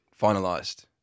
finalised